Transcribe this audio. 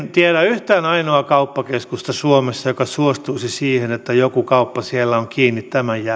yhtään ainoaa kauppakeskusta suomessa joka suostuisi siihen että joku kauppa siellä on kiinni tämän jälkeen